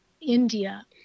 India